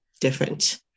different